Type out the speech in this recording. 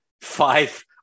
five